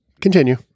Continue